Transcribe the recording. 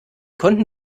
konnten